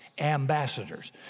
ambassadors